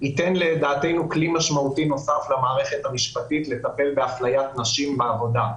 ייתן כלי משמעותי נוסף למערכת המשפטית לצורך טיפול באפליית נשים בעבודה,